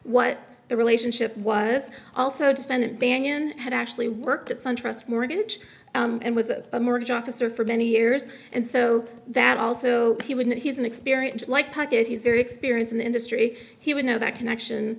what the relationship was also defendant banyan had actually worked at sun trust mortgage and was a mortgage officer for many years and so that also he wouldn't he's an experienced like puckett he's very experienced in the industry he would know that connection